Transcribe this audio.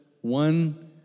One